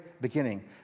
beginning